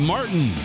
Martin